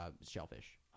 shellfish